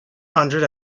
hundred